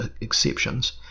exceptions